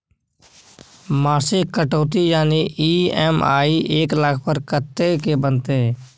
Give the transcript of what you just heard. मासिक कटौती यानी ई.एम.आई एक लाख पर कत्ते के बनते?